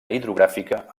hidrogràfica